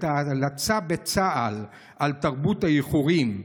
את ההלצה בצה"ל על תרבות האיחורים,